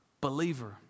Believer